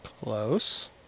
Close